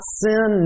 sin